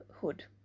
Hood